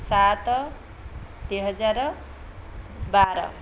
ସାତ ଦୁଇ ହଜାର ବାର